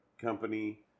company